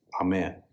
Amen